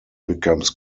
becomes